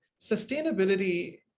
sustainability